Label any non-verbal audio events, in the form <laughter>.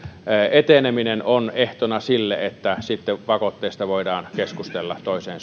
eteneminen on ehtona sille että sitten pakotteista voidaan keskustella toiseen <unintelligible>